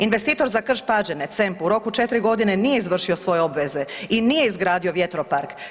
Investitor za Krš-Pađene, CEMP u roku 4.g. nije izvršio svoje obveze i nije izgradio vjetropark.